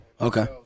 Okay